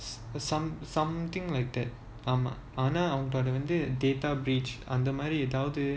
s~ some~ something like that ஆமா ஆனா அவங்க வந்து:aama aana avanga vanthu data breach அந்த மாதிரி ஏதாவது:antha mathiri yethavathu